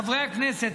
חברי הכנסת,